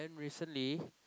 and recently